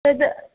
तद्